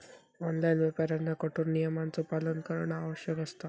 online व्यापाऱ्यांना कठोर नियमांचो पालन करणा आवश्यक असा